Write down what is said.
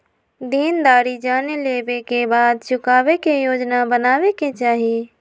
देनदारी जाने लेवे के बाद चुकावे के योजना बनावे के चाहि